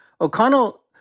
O'Connell